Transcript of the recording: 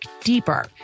deeper